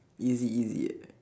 easy easy